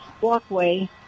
walkway